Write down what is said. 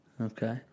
Okay